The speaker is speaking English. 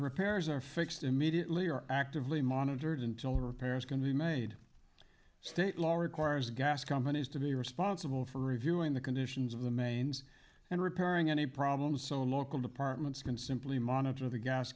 repairs are fixed immediately or actively monitored until a repair is going to be made state law requires gas companies to be responsible for reviewing the conditions of the mains and repairing any problems so local departments can simply monitor the gas